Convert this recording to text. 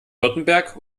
württemberg